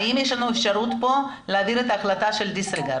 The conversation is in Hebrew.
האם יש לנו כאן אפשרות להעביר את ההחלטה של דיס-ריגרד?